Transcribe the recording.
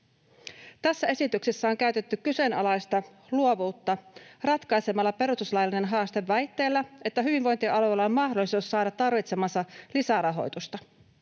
Tässä esityksessä on käytetty kyseenalaista luovuutta ratkaisemalla perustuslaillinen haaste väitteellä, että hyvinvointialueilla on mahdollisuus saada tarvitsemaansa lisärahoitusta.